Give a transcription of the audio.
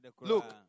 Look